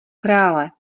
krále